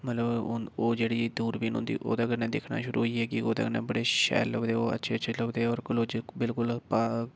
मतलब ओह् जेह्ड़ी दूरबीन होंदी ओह्दे कन्नै दिक्खने शुरू होइये कि ओह्दे कन्नै बड़े शैल लभदे अच्छे अच्छे लभदे होर क्लोज़ बिलकुल पास